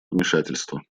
вмешательства